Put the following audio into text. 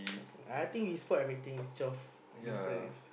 okay I think we spot everything twelve difference